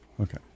okay